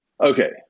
okay